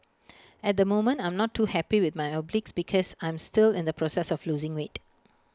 at the moment I'm not too happy with my obliques because I'm still in the process of losing weight